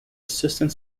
assistant